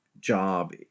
job